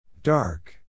Dark